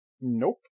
Nope